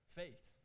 faith